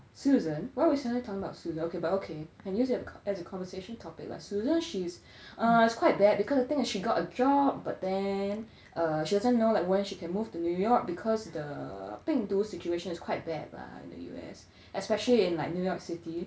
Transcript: susan why are we suddenly talking about susan okay but okay can use it c~ as a conversation topic ah susan's she's err it's quite bad because the thing is she got a job but then err she doesn't know like when she can move to new york because the 病毒 situation is quite bad lah in the U_S especially in like new york city